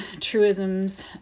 truisms